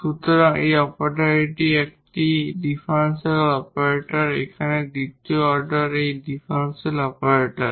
সুতরাং এই অপারেটরটি একটি ডিফারেনশিয়াল অপারেটর এখানে দ্বিতীয় অর্ডার এই ডিফারেনশিয়াল অপারেটর